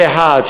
זה, אחד.